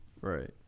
Right